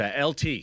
LT